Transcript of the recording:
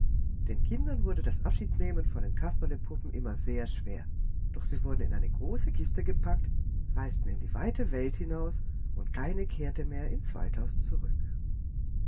den kindern wurde das abschiednehmen von den kasperlepuppen immer sehr schwer doch die wurden in eine große kiste gepackt reisten in die weite welt hinaus und keine kehrte mehr ins waldhaus zurück